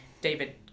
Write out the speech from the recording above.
David